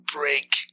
break